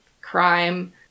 crime